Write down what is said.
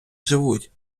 живуть